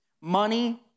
Money